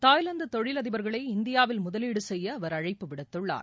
தாய்வாந்து தொழில் அதிபர்கள் இந்தியாவில் முதலீடு செய்ய அவர் அழைப்பு விடுத்துள்ளார்